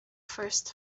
first